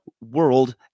world